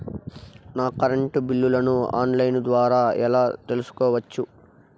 నా కరెంటు బిల్లులను online ద్వారా ఎలా తెలుసుకోవచ్చు?